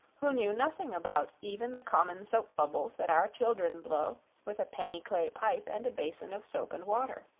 who knew nothing about even the common soap-bubbles that our children blow with a penny clay pipe and a basin of soap-and-water.